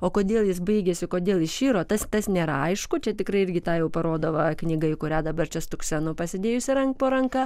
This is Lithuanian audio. o kodėl jis baigėsi kodėl jis širo tas tas nėra aišku čia tikrai irgi tą jau parodo va knyga į kurią dabar čia stuksenu pasidėjusi ran po ranka